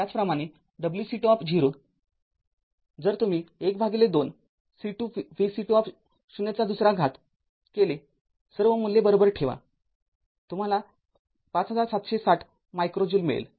त्याचप्रमाणे wc२० जर तुम्ही १२C२VC२०२ केले सर्व मूल्ये बरोबर ठेवा तुम्हाला ५७६० मायक्रो ज्यूल मिळेल